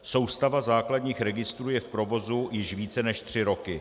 Soustava základních registrů je v provozu již více než tři roky.